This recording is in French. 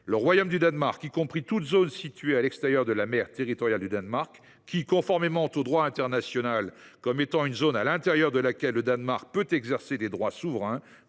Le Royaume du Danemark, y compris toute zone située à l’extérieur de la mer territoriale du Danemark qui, conformément au droit international, […] comme étant une zone à l’intérieur de laquelle le Danemark peut exercer des droits souverains